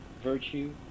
virtue